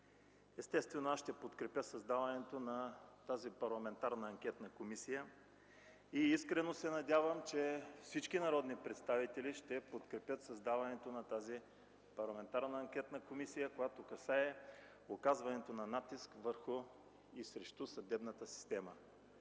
Естествено аз ще подкрепя създаването на тази парламентарна анкетна комисия и искрено се надявам, че всички народни представители ще подкрепят създаването на тази парламентарна анкетна комисия, която касае оказването на натиск върху и срещу съдебната система.